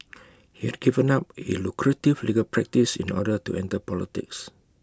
he had given up A lucrative legal practice in order to enter politics